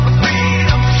freedom